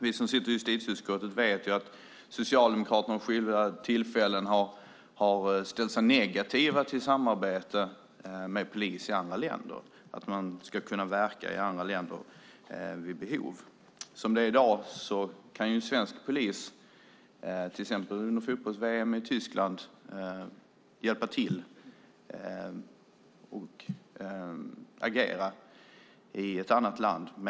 Vi i justitieutskottet vet att Socialdemokraterna vid skilda tillfällen har ställt sig negativa till ett samarbete med polis i andra länder och till polisens möjligheter att vid behov verka i andra länder. Som det är i dag kan svensk polis - som till exempel under fotbolls-VM i Tyskland - hjälpa till och agera i ett annat land.